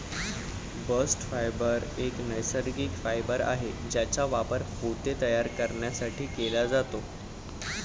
bast fibre एक नैसर्गिक fibre आहे ज्याचा वापर पोते तयार करण्यासाठी केला जातो